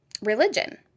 religion